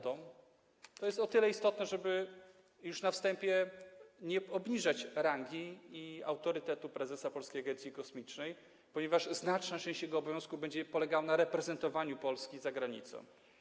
To jest istotne, by już na wstępie nie obniżać rangi i autorytetu prezesa Polskiej Agencji Kosmicznej, ponieważ znaczna część jego obowiązków będzie polegała na reprezentowaniu Polski za granicą.